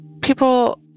people